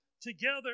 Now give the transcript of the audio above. together